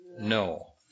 No